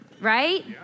right